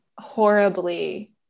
horribly